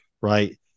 right